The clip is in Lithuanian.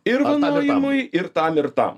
ir vanojimui ir tam ir tam